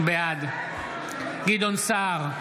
בעד גדעון סער,